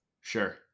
Sure